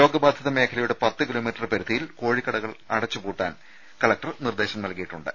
രോഗബാധിത മേഖല യുടെ പത്ത്കിലോമീറ്റർ പരിധിയിൽ കോഴിക്കടകൾ അടച്ചുപൂട്ടാൻ കലക്ടർ നിർദ്ദേശം നൽകിയിട്ടുണ്ട്